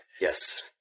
yes